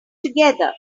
together